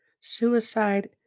Suicide